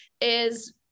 is-